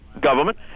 government